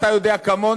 אתה יודע כמוני,